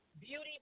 beauty